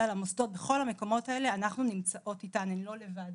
למוסדות ובכל הפעמים האלה אנחנו נמצאות שם איתן והן לא לבד.